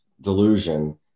delusion